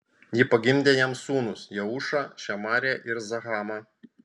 ji pagimdė jam sūnus jeušą šemariją ir zahamą